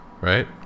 right